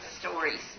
stories